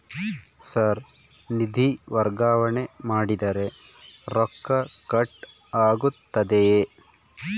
Sir ನಿಧಿ ವರ್ಗಾವಣೆ ಮಾಡಿದರೆ ರೊಕ್ಕ ಕಟ್ ಆಗುತ್ತದೆಯೆ?